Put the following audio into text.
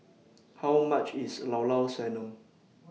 How much IS Llao Llao Sanum